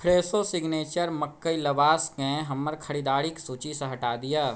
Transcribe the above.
Fresho signature मक्कइ लवाशके हमर खरीदारिके सूचीसँ हटा दिअ